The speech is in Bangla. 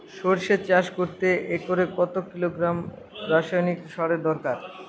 সরষে চাষ করতে একরে কত কিলোগ্রাম রাসায়নি সারের দরকার?